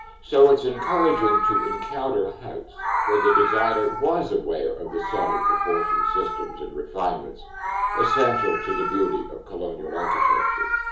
so it's encouraging to encounter a house where the designer was aware of the subtle proportion systems and refinements essential to the beauty of colonial architecture.